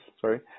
sorry